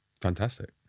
Fantastic